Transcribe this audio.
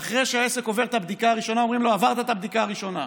ואחרי שהעסק עובר את הבדיקה הראשונה אומרים לו: עברת את הבדיקה הראשונה,